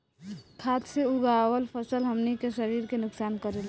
खाद्य से उगावल फसल हमनी के शरीर के नुकसान करेला